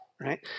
Right